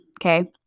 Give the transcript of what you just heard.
okay